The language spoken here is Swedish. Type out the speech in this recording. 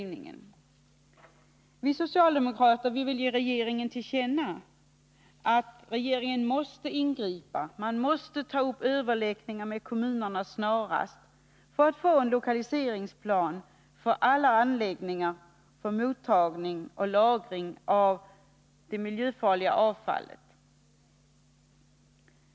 Vi socialdemokrater vill ge regeringen till känna att den måste ingripa. Regeringen måste snarast ta upp överläggningar med kommunerna för att få en lokaliseringsplan för alla anläggningar för mottagning och lagring av det miljöfarliga avfallet.